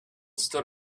stood